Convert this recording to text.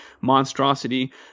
monstrosity